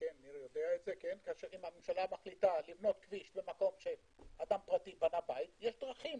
אם הממשלה מחליטה לבנות כביש במקום שבו אדם פרטי בנה בית יש דרכים